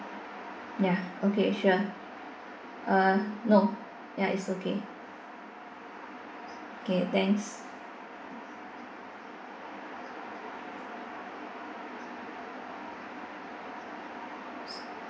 ya okay sure uh no ya it's okay okay thanks